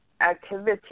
activity